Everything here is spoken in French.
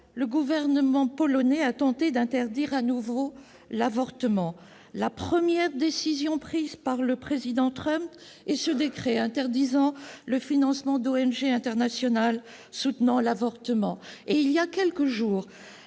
le gouvernement polonais a tenté d'interdire à nouveau l'avortement. La première décision prise par le président Trump a été un décret interdisant le financement d'organisations non gouvernementales internationales soutenant l'avortement. Il y a quelques jours,